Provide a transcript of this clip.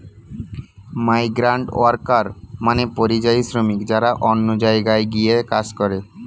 migrant worker মানে পরিযায়ী শ্রমিক যারা অন্য জায়গায় গিয়ে কাজ করে